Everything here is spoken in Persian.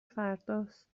فرداست